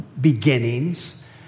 beginnings